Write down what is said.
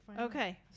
Okay